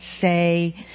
say